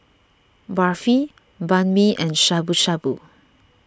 Barfi Banh Mi and Shabu Shabu